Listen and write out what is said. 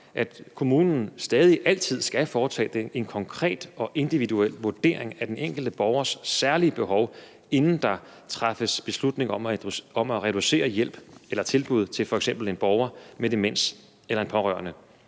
at kommunen stadig altid skal foretage en konkret og individuel vurdering af den enkelte borgers særlige behov, inden der træffes beslutning om at reducere hjælp eller tilbud til f.eks. en borger med demens eller til en pårørende.